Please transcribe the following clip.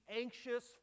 anxious